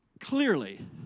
clearly